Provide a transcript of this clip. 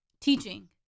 teaching